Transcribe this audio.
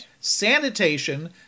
Sanitation